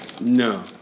No